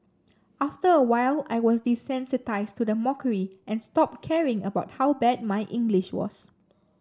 after a while I was desensitised to the mockery and stopped caring about how bad my English was